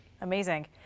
Amazing